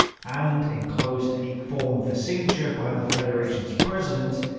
and enclosed a form for signature by the federation's president,